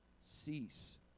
cease